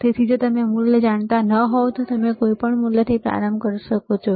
તેથી જો તમે મૂલ્ય જાણતા ન હોવ તો તમે કોઈપણ મૂલ્યથી પ્રારંભ કરી શકો છો